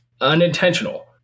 unintentional